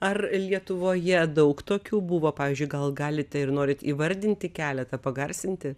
ar lietuvoje daug tokių buvo pavyzdžiui gal galite ir norit įvardinti keletą pagarsinti